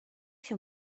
się